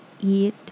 eat